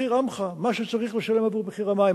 מחיר "עמך", מה שצריך לשלם עבור מחיר המים.